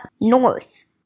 north